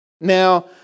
Now